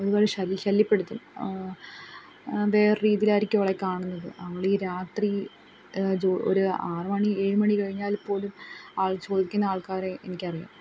ഒരുപാട് ശല്യ ശല്യപ്പെടുത്തും വേറെ ഒരു രീതിയിലായിരിക്കും അവളെ കാണുന്നത് അവൾ ഈ രാത്രി ജോ ഒരു ആറ് മണി ഏഴ് മണി കഴിഞ്ഞാൽ പോലും ആൾ ചോദിക്കുന്ന ആൾക്കാരെ എനിക്കറിയാം